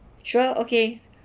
sure okay